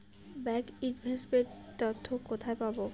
Bank investment তথ্য কোথায় পাব?